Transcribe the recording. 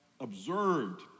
observed